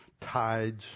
tides